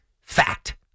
Fact